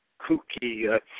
kooky